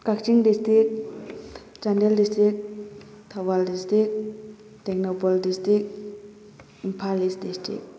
Kakching district Chandel district Thoubal district Tengnoupal district Imphal East district